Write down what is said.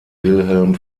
wilhelm